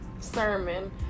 sermon